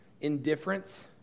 Indifference